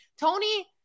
Tony